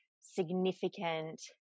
significant